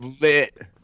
Lit